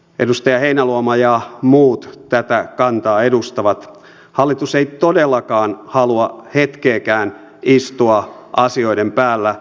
edustaja heinäluoma ja muut tätä kantaa edustavat hallitus ei todellakaan halua hetkeäkään istua asioiden päällä